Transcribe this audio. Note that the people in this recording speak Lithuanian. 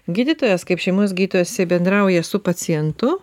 gydytojas kaip šeimos gydytojas jisai bendrauja ir su pacientu